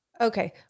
okay